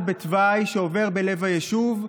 המצעד בתוואי שעובר בלב היישוב,